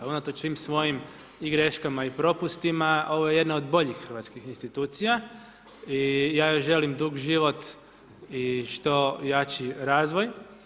Unatoč svim svojim i greškama i propustima, ovo je jedna od boljih hrvatskih institucija i ja joj želim dug život i što jači razvoj.